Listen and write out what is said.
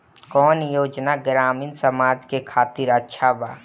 कौन योजना ग्रामीण समाज के खातिर अच्छा बा?